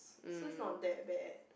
so it's not that bad